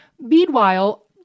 Meanwhile